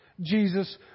Jesus